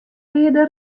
reade